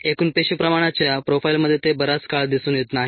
एकूण पेशी प्रमाणाच्या प्रोफाइलमध्ये ते बराच काळ दिसून येत नाही